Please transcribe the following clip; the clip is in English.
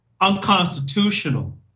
unconstitutional